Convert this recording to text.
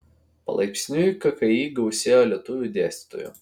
palaipsniui kki gausėjo lietuvių dėstytojų